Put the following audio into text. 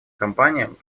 компаниям